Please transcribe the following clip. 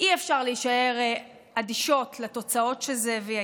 אי-אפשר להישאר אדישות לתוצאות שזה הביא.